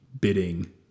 bidding